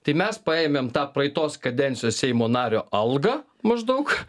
tai mes paėmėm tą praeitos kadencijos seimo nario algą maždaug